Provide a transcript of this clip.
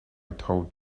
told